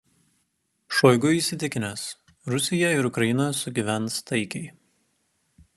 šoigu įsitikinęs rusija ir ukraina sugyvens taikiai